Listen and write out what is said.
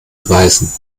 beweisen